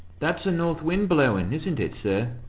that's the north wind blowing, isn't it, sir?